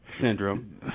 syndrome